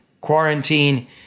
quarantine